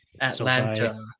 Atlanta